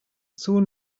soon